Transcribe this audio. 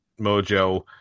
mojo